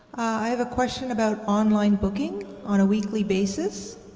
i have a question about online booking on a weekly basis